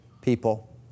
people